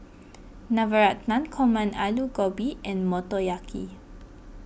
Navratan Korma Alu Gobi and Motoyaki